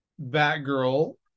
Batgirl